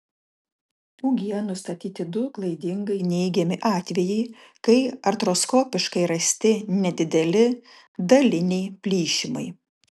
ug nustatyti du klaidingai neigiami atvejai kai artroskopiškai rasti nedideli daliniai plyšimai